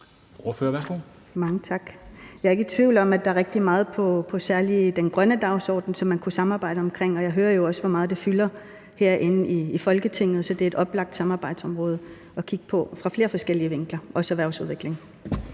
Jeg er ikke i tvivl om, at der er rigtig meget på særlig den grønne dagsorden, som man kunne samarbejde om, og jeg hører jo også, hvor meget det fylder herinde i Folketinget, så det er et oplagt samarbejdsområde at kigge på fra flere forskellige vinkler, også hvad erhvervsudvikling